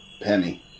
Penny